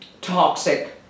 toxic